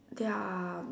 they are